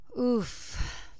oof